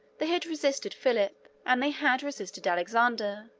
they had resisted philip, and they had resisted alexander.